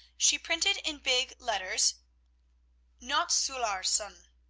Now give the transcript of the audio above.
she printed in big letters nottz ullarsg.